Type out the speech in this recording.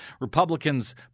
Republicans